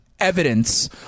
Evidence